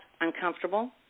uncomfortable